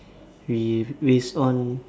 we waste on